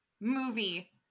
movie